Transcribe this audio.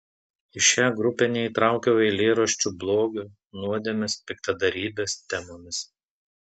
į šią grupę neįtraukiau eilėraščių blogio nuodėmės piktadarybės temomis